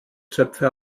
zöpfe